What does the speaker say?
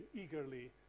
eagerly